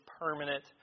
permanent